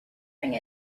ring